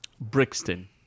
Brixton